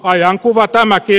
ajankuva tämäkin